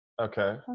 Okay